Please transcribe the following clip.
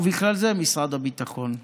ובכלל זה משרד הביטחון.